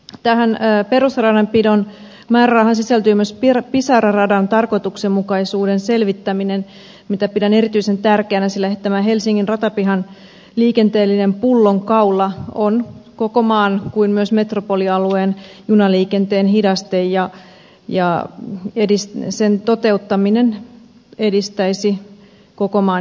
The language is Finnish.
tähän perusradanpidon määrärahaan sisältyy myös pisara radan tarkoituksenmukaisuuden selvittäminen mitä pidän erityisen tärkeänä sillä tämä helsingin ratapihan liikenteellinen pullonkaula on niin koko maan kuin myös metropolialueen junaliikenteen hidaste ja radan toteuttaminen edistäisi koko maan hyvinvointia siten